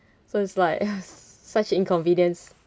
so it's like uh such inconvenience